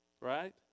right